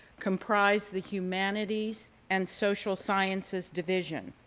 comprise the humanities and social sciences division.